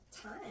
time